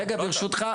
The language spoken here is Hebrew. רגע, רגע, ברשותך.